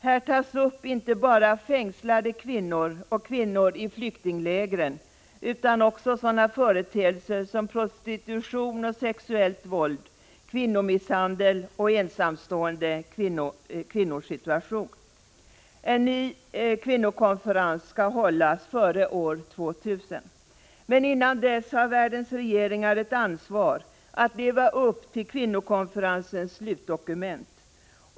Här tas upp inte bara fängslade kvinnor och kvinnor i flyktingläger utan också sådana företeelser som prostitution och sexuellt våld, kvinnomisshandel och ensamstående kvinnors situation. En ny kvinnokonferens skall hållas före år 2000. Men innan dess har världens regeringar ett ansvar att leva upp till kvinnokonferensens slutdokument.